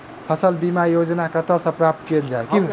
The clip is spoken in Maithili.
फसल बीमा योजना कतह सऽ प्राप्त कैल जाए?